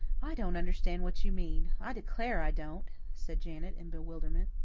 i don't understand what you mean i declare i don't, said janet in bewilderment.